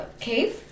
cave